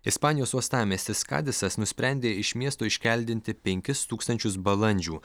ispanijos uostamiestis kadisas nusprendė iš miesto iškeldinti penkis tūkstančius balandžių